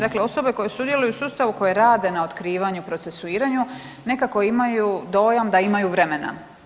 Dakle, osobe koje sudjeluju u sustavu, koje rade na otkrivanju, procesuiranju nekako imaju dojam da imaju vremena.